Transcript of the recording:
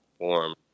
Warm